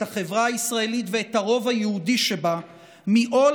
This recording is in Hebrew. את החברה הישראלית ואת הרוב היהודי שבה מעול